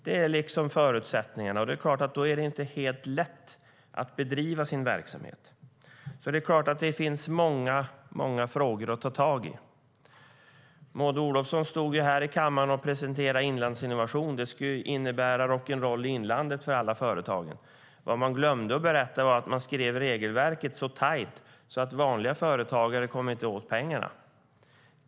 Det är liksom förutsättningarna, och det är klart att då är det inte helt lätt att bedriva sin verksamhet. Det finns många frågor att ta tag i. Maud Olofsson stod här i kammaren och presenterade Inlandsinnovation, som skulle innebära rock'n'roll i inlandet för alla företag. Vad man glömde att berätta var att man skrev regelverket så tajt att vanliga företagare inte kommer åt pengarna.